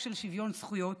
שוויון זכויות